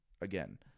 again